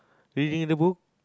reading a book